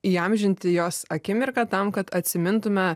įamžinti jos akimirką tam kad atsimintume